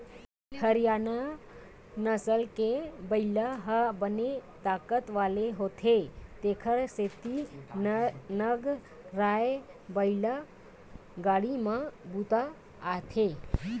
हरियाना नसल के बइला ह बने ताकत वाला होथे तेखर सेती नांगरए बइला गाड़ी म बूता आथे